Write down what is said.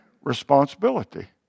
responsibility